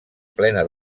plena